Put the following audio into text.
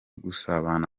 gusabana